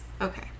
Okay